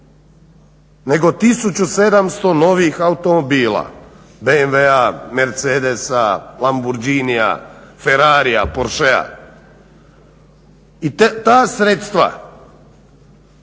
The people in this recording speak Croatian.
nego 1700 novh automobila, BMW-a, Mercedesa, Lamborghinija, Ferrarija, Porschea i ta sredstva